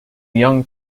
young